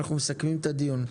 אנחנו מסכמים את הדיון,